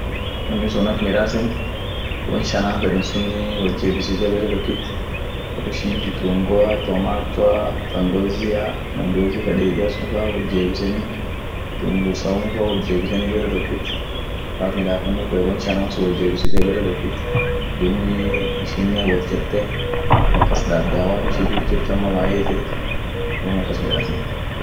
wonisun ak miidaasen wonshaaanaan feden sunii wojebise site baretokit wo ishi kitungua tomatoa tangawizia ,tangawizi ka dedia sun fa wojeebiseni kitunguu saumu fa wot jeebiseni bare tokit, woat midaafeno feet won shanaan sun bare tokiit wotjeebisite dubii inshiinen wot chirte akas daabdai waat ishi dur chirt ama maye chirt duum akas midaasit